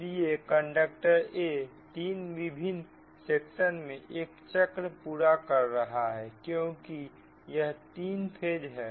इसलिए conductor a तीन विभिन्न सेक्शन में एक चक्र पूरा कर रहा है क्योंकि यह 3 फेज है